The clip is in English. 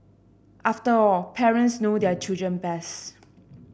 after all parents know their children best